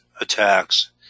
attacks